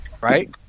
Right